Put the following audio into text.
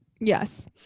Yes